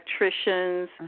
electricians